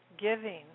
giving